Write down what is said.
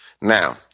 Now